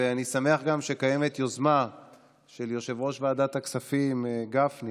ואני שמח גם שקיימת יוזמה של יושב-ראש ועדת הכספים גפני